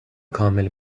کامل